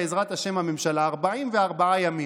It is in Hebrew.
בעזרת השם, הממשלה, 44 ימים.